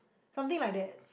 something like that